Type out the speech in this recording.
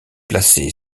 placée